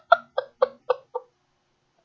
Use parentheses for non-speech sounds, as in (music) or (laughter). (laughs)